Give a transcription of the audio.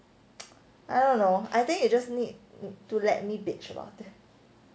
I don't know I think you just need to let me bitch about them